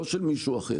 לא של מישהו אחר